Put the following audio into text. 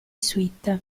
suite